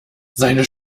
seine